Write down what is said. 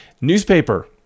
newspaper